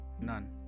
none